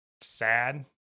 sad